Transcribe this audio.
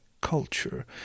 culture